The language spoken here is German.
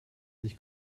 sich